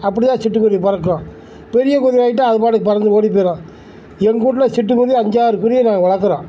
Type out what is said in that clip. அப்படிதான் சிட்டுக்குருவி பறக்கும் பெரிய குருவி ஆயிட்டா அது பாட்டுக்கு பறந்து ஓடி போயிடும் எங்கூட்டில் சிட்டுக்குருவி அஞ்சாறு குருவி நாங்கள் வளர்க்குறோம்